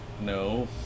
No